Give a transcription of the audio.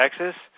Texas